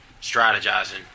strategizing